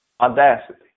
Audacity